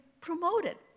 promoted